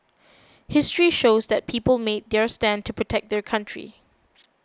history shows that people made their stand to protect their country